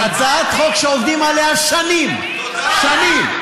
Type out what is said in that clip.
הצעת חוק שעובדים עליה שנים, שנים.